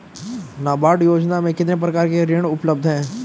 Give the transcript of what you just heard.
नाबार्ड योजना में कितने प्रकार के ऋण उपलब्ध हैं?